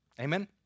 Amen